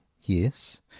yes